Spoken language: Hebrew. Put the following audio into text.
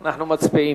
אנחנו מצביעים.